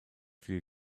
fell